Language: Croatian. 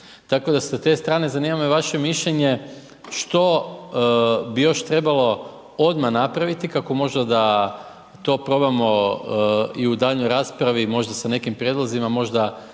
Tako da sa te strane zanima me vaše mišljenje, što bi još trebalo odmah napraviti kako možda da to probamo i u daljnjoj raspravi i možda sa nekim prijedlozima, možda